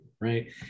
right